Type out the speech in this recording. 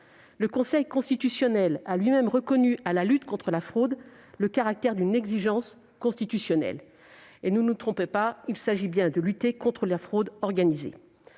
Le Conseil constitutionnel a lui-même reconnu à la lutte contre la fraude le caractère d'une exigence constitutionnelle. Ne nous trompons pas, il s'agit bien ici de lutter contre la fraude organisée.